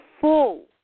full